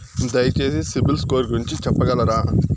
దయచేసి సిబిల్ స్కోర్ గురించి చెప్పగలరా?